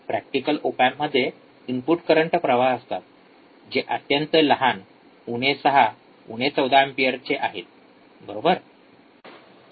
practical op एम्प्समध्ये input current प्रवाह असतात जे अत्यंत लहान उणे 6 उणे 14 अँपिअरचे आहेत बरोबर